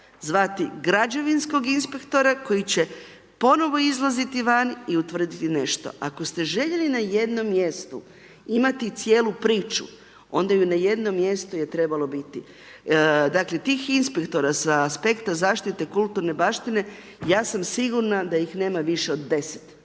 zvati građevinskog inspektora koji će ponovo izlaziti van i utvrditi nešto. Ako ste željeli na jednom mjestu imati cijelu priču, onda ju na jednom mjestu je trebalo bilo. Dakle, tih inspektora sa aspekta zaštite kulturne baštine, ja sam sigurna da ih nema više od 10.